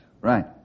right